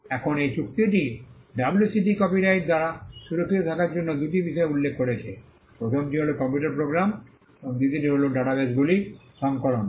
এখন এই চুক্তিটি ডাব্লুসিটি কপিরাইট দ্বারা সুরক্ষিত থাকার জন্য দুটি বিষয় উল্লেখ করেছে প্রথমটি হল কম্পিউটার প্রোগ্রাম এবং দ্বিতীয়টি হল ডাটাবেসগুলির সংকলন